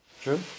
True